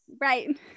right